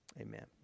Amen